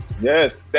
Yes